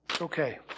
okay